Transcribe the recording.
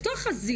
זה לפתוח חזית